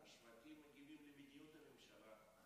השווקים מגיבים למדיניות הממשלה,